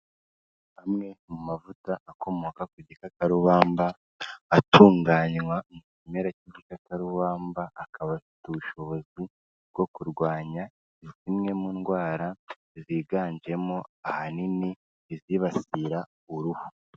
Amwe mu mavuta akomoka ku gikakarubamba atunganywa mu kimera cy'igikakarubamba akaba afite ubushobozi bwo kurwanya zimwe mu ndwara ziganjemo ahanini izibasira uruhu.